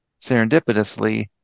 serendipitously